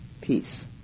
peace